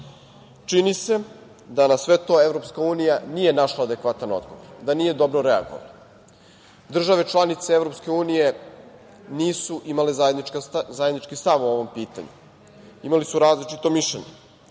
se da na sve to EU nije našla adekvatan odgovor, da nije dobro reagovala. Države članice EU nisu imale zajednički stav po ovom pitanju. Imali su različito mišljenje.